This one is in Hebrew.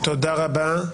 תודה רבה.